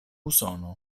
usono